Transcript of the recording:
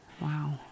Wow